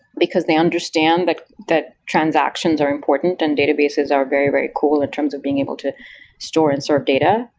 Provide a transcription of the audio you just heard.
because they understand that that transactions are important and databases are very, very cool in terms of being able to store and serve data,